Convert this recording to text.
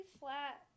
flat